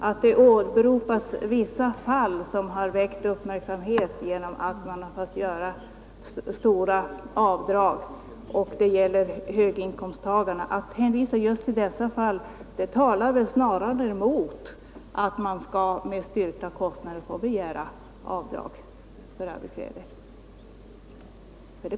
Att det åberopas vissa fall, som har väckt uppmärksamhet, där personer med höga inkomster har beviljats stora avdrag, talar väl snarare emot tanken att man med styrkta kostnader skall kunna begära avdrag för arbetskläder.